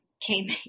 came